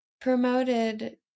promoted